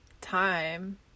time